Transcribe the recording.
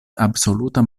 absoluta